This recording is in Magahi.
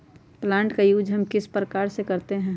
प्लांट का यूज हम किस प्रकार से करते हैं?